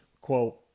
quote